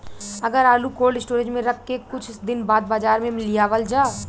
अगर आलू cold storage में रख के कुछ दिन बाद बाजार में लियावल जा?